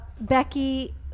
Becky